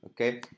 Okay